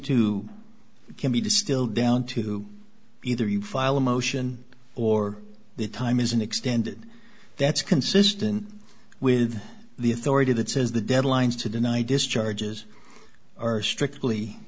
to can be distilled down to either you file a motion or the time isn't extended that's consistent with the authority that says the deadlines to deny discharges are strictly